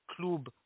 Club